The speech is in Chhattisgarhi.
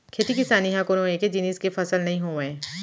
खेती किसानी ह कोनो एके जिनिस के फसल नइ होवय